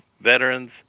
veterans